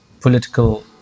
political